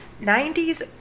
90s